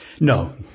No